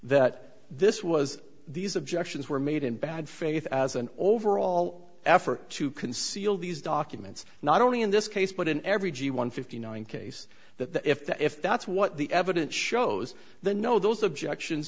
that this was these objections were made in bad faith as an overall effort to conceal these documents not only in this case but in every g one fifty nine case that the if the if that's what the evidence shows the no those objections